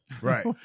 Right